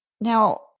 Now